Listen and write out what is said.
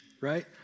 right